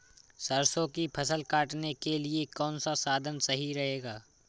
सरसो की फसल काटने के लिए कौन सा साधन सही रहेगा?